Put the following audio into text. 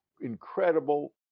incredible